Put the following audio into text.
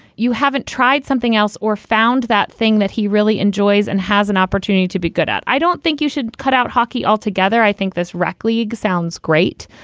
you haven't tried something else or found that thing that he really enjoys and has an opportunity to be good at. i don't think you should cut out hockey altogether. i think this rec league sounds great,